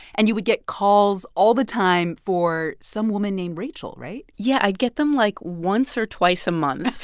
and you would get calls all the time for some woman named rachel, right? yeah. i'd get them, like, once or twice a month,